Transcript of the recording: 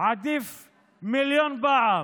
עדיף מיליון פעם